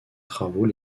travaux